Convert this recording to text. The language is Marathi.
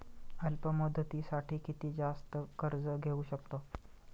अल्प मुदतीसाठी किती जास्त कर्ज घेऊ शकतो?